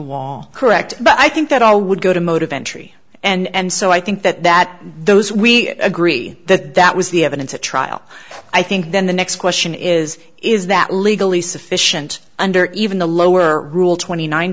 wall correct but i think that i would go to motive entry and so i think that that those we agree that that was the evidence at trial i think then the next question is is that legally sufficient under even the lower rule twenty nine